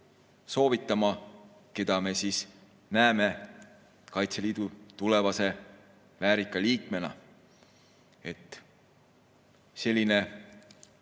soovitama, keda me näeme Kaitseliidu tulevase väärika liikmena. Selline